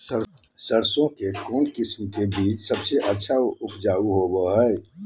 सरसों के कौन किस्म के बीच सबसे ज्यादा उपजाऊ होबो हय?